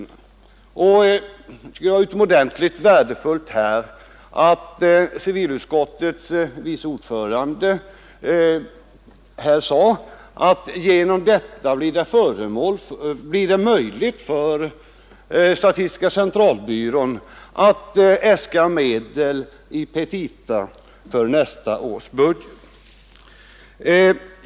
Det var utomordentligt värdefullt att civilutskottets vice ordförande här sade att genom detta blir det möjligt för statistiska centralbyrån att äska medel i sina petita för nästa års budget.